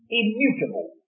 immutable